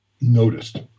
noticed